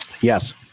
Yes